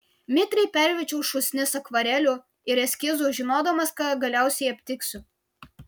mitriai perverčiau šūsnis akvarelių ir eskizų žinodamas ką galiausiai aptiksiu